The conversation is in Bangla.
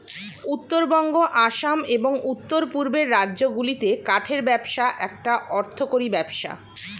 উত্তরবঙ্গ, আসাম, এবং উওর পূর্বের রাজ্যগুলিতে কাঠের ব্যবসা একটা অর্থকরী ব্যবসা